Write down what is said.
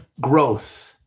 growth